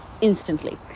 instantly